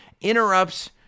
interrupts